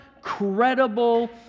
credible